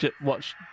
watch